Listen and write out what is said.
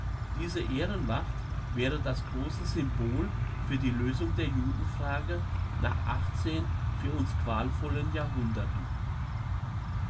diese ehrenwacht wäre das grosse symbol für die lösung der judenfrage nach achtzehn für uns qualvollen jahrhunderten